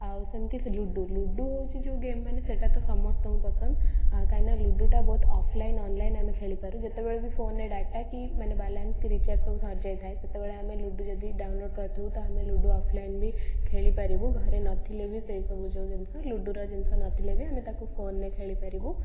ଆଉ ସେମିତି ludo ludo ହେଉଛି ଯେଉଁ ଗେମ୍ ମାନେ ସେଇଟା ତ ସମସ୍ତଙ୍କୁ ପସନ୍ଦ କାହିଁକି ନା ଲୁଡ଼ୁଟା ବୋଥ୍ ଅଫଲାଇନ୍ ଅନଲାଇନ୍ ଆମେ ଖେଳିପାରୁ ଯେତେବେଳେ ବି ଫୋନରେ ଡାଟା କି ମାନେ ବାଲାନ୍ସ କି ରିଚାର୍ଜ ସବୁ ସରିଯାଇଥାଏ ସେତେବେଳେ ଆମେ ଲୁଡ଼ୁ ଯଦି ଡାଉନଲୋଡ଼୍ କରିଥିବୁ ତ ଆମେ ଲୁଡ଼ୁ ଅଫଲାଇନ୍ ବି ଖେଳିପାରିବୁ ଘରେ ନଥିଲେ ବି ସେସବୁ ଯେଉଁ ଜିନିଷ ଲୁଡ଼ୁର ଜିନିଷ ନଥିଲେ ବି ଆମେ ତାକୁ ଫୋନରେ ଖେଳିପାରିବୁ